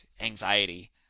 anxiety